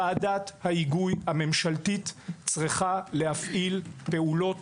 ועדת ההיגוי הממשלתית צריכה להפעיל פעולות